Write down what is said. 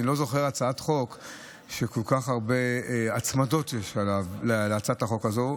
ואני לא זוכר הצעת חוק עם כל כך הרבה הצמדות כמו שיש להצעת החוק הזו.